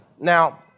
Now